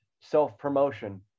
self-promotion